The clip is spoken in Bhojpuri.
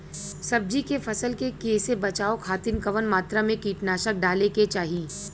सब्जी के फसल के कियेसे बचाव खातिन कवन मात्रा में कीटनाशक डाले के चाही?